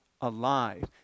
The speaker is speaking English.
alive